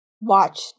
watch